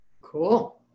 Cool